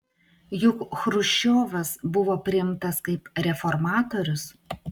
juk chruščiovas buvo priimtas kaip reformatorius